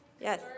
Yes